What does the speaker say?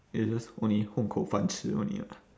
it's just only 混口饭吃 only [what]